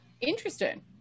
Interesting